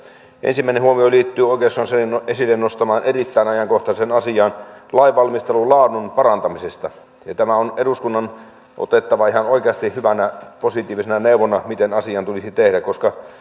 ensimmäinen huomio liittyy oikeuskanslerin esille nostamaan erittäin ajankohtaiseen asiaan lainvalmistelun laadun parantamisesta tämä on eduskunnan otettava ihan oikeasti hyvänä positiivisena neuvona siitä mitä asialle tulisi tehdä koska